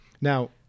Now